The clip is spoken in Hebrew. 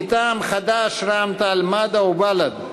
מטעם חד"ש, רע"ם-תע"ל-מד"ע ובל"ד: